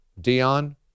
Dion